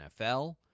NFL